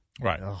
Right